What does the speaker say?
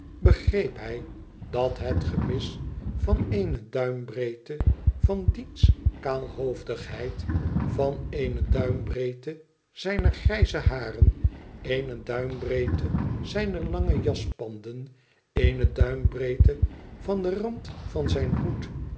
begreep hij dat het gemis van eene duimbreedte van diens kaalhoofdigheid van eene duimbreedte zijner grijze haren eene duimbreedte zijner lange jaspanden eene duimbreedte van den rand van zijn hoed